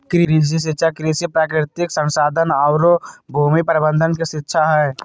कृषि शिक्षा कृषि, प्राकृतिक संसाधन औरो भूमि प्रबंधन के शिक्षा हइ